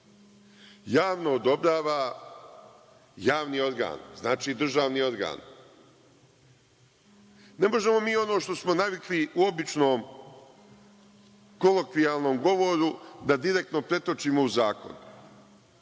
Javno odobrava javni organ, znači državni organ. Ne možemo mi ono što smo navikli u običnom kolokvijalnom govoru da direktno pretočimo u zakon,